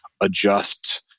adjust